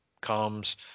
comes